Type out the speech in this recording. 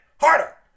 Harder